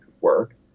work